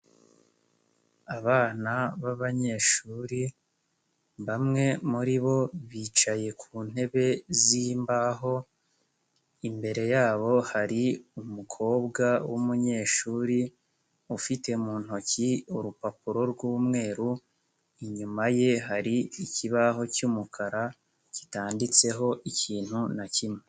Abana b'abanyeshuri bamwe muri bo bicaye ku ntebe z'imbaho, imbere yabo hari umukobwa w'umunyeshuri ufite mu ntoki urupapuro rw'umweru, inyuma ye hari ikibaho cy'umukara kitanditseho ikintu na kimwe.